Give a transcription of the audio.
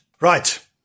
Right